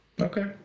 Okay